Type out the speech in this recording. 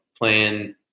playing